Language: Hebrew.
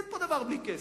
אין פה דבר בלי כסף.